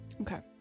Okay